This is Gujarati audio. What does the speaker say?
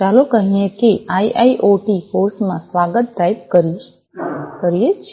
ચાલો કહીએ કે અમે આઈઆઈઑટી કોર્સમાં સ્વાગત ટાઇપ કરીએ છીએ